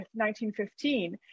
1915